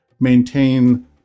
maintain